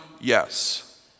Yes